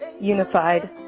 unified